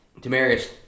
Demarius